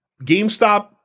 GameStop